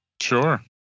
Sure